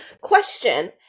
Question